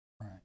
Right